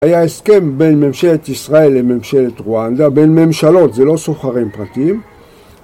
היה הסכם בין ממשלת ישראל לממשלת רואנדה, בין ממשלות, זה לא סוחרים פרטיים